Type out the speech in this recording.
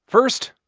first,